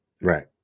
Right